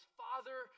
father